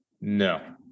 No